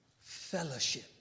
fellowship